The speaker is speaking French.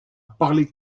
parlé